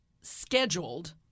scheduled